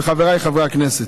וחבריי חברי הכנסת,